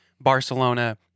Barcelona